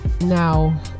now